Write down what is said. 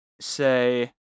say